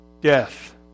death